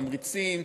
תמריצים,